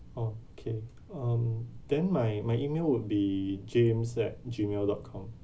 okay um then my my email would be james at gmail dot com